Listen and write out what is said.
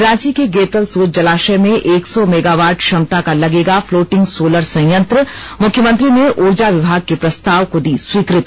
रांची के गेतलसूद जलाशय में एक सौ मेगावाट क्षमता का लगेगा फ्लोटिंग सोलर संयंत्र मुख्यमंत्री ने ऊर्जा विभाग के प्रस्ताव को दी स्वीकृति